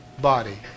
body